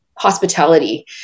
hospitality